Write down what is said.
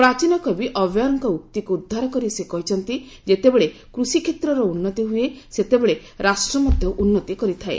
ପ୍ରାଚୀନ କବି ଅବୟାର୍କ ଉକ୍ତିକୁ ଉଦ୍ଧାର କରି ସେ କହିଛନ୍ତି ଯେତେବେଳେ କୃଷିକ୍ଷେତ୍ରର ଉନ୍ନତି ହୁଏ ସେତେବେଳେ ରାଷ୍ଟ୍ର ମଧ୍ୟ ଉନ୍ନତି କରିଥାଏ